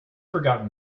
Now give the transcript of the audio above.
forgotten